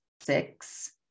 six